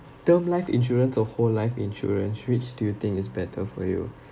term life insurance or whole life insurance which do you think is better for you